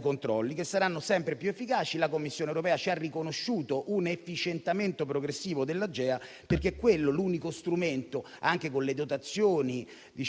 controlli, che ora saranno sempre più efficaci. La Commissione europea ci ha riconosciuto un efficientamento progressivo dell'Agea, perché è l'unico strumento, anche con le dotazioni di